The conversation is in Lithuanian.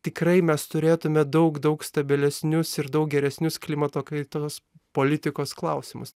tikrai mes turėtume daug daug stabilesnius ir daug geresnius klimato kaitos politikos klausimus